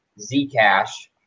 Zcash